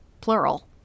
plural